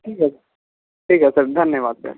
ठीक है ठीक है धन्यवाद सर